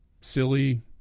silly